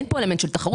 אין פה אלמנט של תחרות.